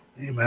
Amen